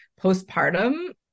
postpartum